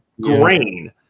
grain